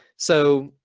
so